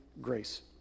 grace